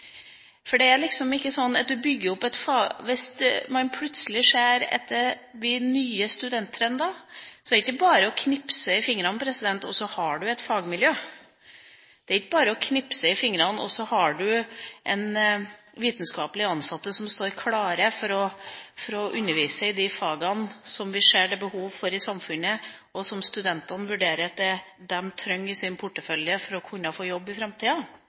For hvis man plutselig ser at det blir nye studenttrender, er det ikke bare å knipse i fingrene, og så har du et fagmiljø. Det er ikke bare å knipse i fingrene, og så har du vitenskapelig ansatte som står klar til å undervise i de fagene som vi ser det er behov for i samfunnet, og som studentene ser at de trenger i sin portefølje for å få jobb i framtida.